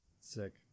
sick